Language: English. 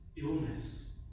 Illness